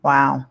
Wow